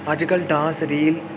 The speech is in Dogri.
अजकल डांस रील